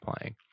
playing